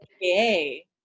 yay